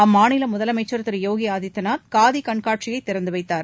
அம்மாநில முதலமைச்சர் திரு யோகி ஆதித்தியநாத் காதி கண்காட்சியை திறந்து வைத்தார்